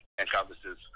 encompasses